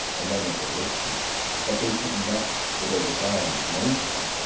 and them that were with him but they could not, for their design was known to them.